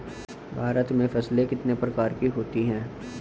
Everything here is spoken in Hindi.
भारत में फसलें कितने प्रकार की होती हैं?